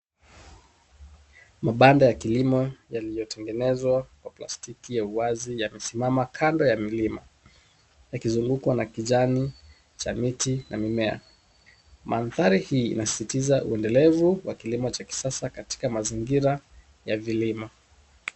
Mabanda ya kilimo yaliyotengenezwa kwa plastiki ya uwazi yamesimama kando ya mlima ,yakizungukwa na kijani cha miti na mimea .Mandhari hii inasisitiza uendelevu wa kilimo cha kisasa katika mazingira ya vilima.